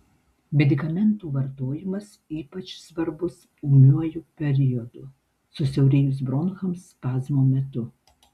medikamentų vartojimas ypač svarbus ūmiuoju periodu susiaurėjus bronchams spazmo metu